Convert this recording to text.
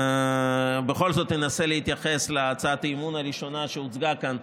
בכל זאת אנסה להתייחס להצעת האי-אמון הראשונה שהוצגה כאן,